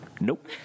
Nope